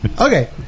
Okay